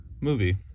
movie